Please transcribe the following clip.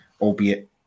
Albeit